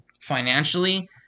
financially